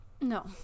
No